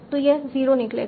तो यह 0 निकलेगा